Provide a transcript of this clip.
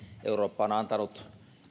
eurooppa on antanut